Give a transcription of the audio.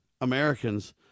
Americans